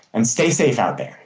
and stay safe out there.